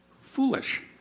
foolish